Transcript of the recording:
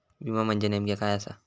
विमा म्हणजे नेमक्या काय आसा?